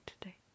today